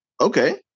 okay